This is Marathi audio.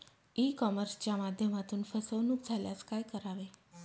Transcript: ई कॉमर्सच्या माध्यमातून फसवणूक झाल्यास काय करावे?